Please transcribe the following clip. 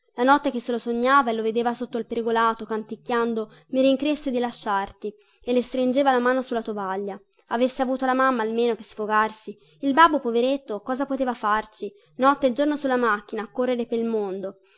la notte che se lo sognava e lo vedeva sotto il pergolato canticchiando mi rincresse di lasciarti e le stringeva la mano sulla tovaglia avesse avuta la mamma almeno per sfogarsi il babbo poveretto cosa poteva farci notte e giorno sulla macchina a correre pel mondo